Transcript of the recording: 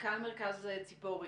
מנכ"ל מרכז ציפורי,